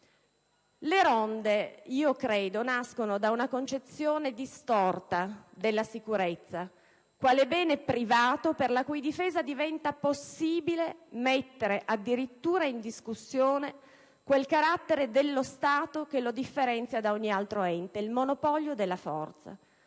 le ronde nascano da una concezione distorta della sicurezza, quale bene privato per la cui difesa diventa possibile mettere addirittura in discussione quel carattere dello Stato che lo differenzia da ogni altro ente, cioè il monopolio della forza,